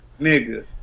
nigga